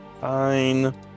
Fine